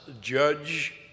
judge